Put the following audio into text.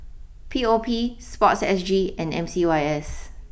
P O P Sportsg and M C Y S